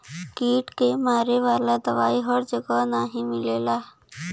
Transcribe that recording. कीट के मारे वाला दवाई हर जगह नाही मिलला